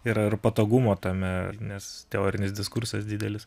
yra ir patogumo tame nes teorinis diskursas didelis